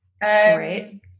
Great